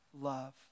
love